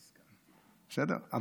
בסדר,